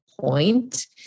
point